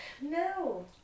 No